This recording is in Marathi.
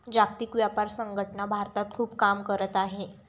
जागतिक व्यापार संघटना भारतात खूप काम करत आहे